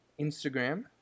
instagram